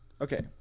okay